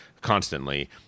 constantly